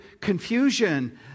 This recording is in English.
confusion